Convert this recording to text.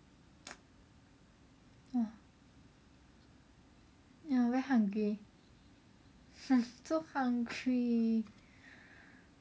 !wah! ya very hungry hmm so hungry